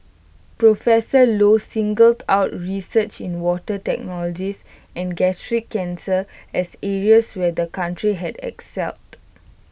professor low singled out research in water technologies and gastric cancer as areas where the country had excelled